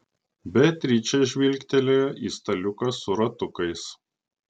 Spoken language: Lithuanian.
beatričė žvilgtelėjo į staliuką su ratukais